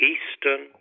Eastern